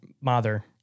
Mother